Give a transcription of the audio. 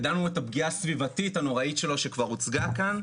ידענו את הפגיעה הסביבתית הנוראית שלו שכבר הוצגה כאן.